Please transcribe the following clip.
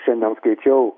šiandien skaičiau